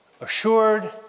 assured